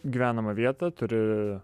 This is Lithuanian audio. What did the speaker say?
gyvenamą vietą turi